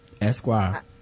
Esquire